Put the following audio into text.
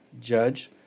judge